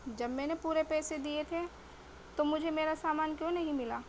جب میں نے پورے پیسے دیے تھے تو مجھے میرا سامان کیوں نہیں ملا